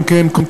אם כן,